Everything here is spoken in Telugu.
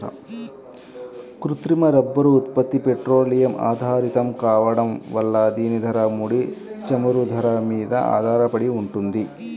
కృత్రిమ రబ్బరు ఉత్పత్తి పెట్రోలియం ఆధారితం కావడం వల్ల దీని ధర, ముడి చమురు ధర మీద ఆధారపడి ఉంటుంది